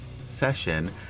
session